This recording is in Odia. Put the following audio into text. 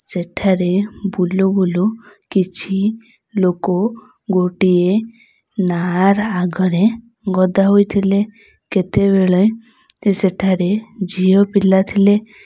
ସେଠାରେ ବୁଲବୁଲୁ କିଛି ଲୋକ ଗୋଟିଏ ନାଆର ଆଗରେ ଗଦା ହୋଇଥିଲେ କେତେବେଳେ ସେଠାରେ ଝିଅପିଲା ଥିଲେ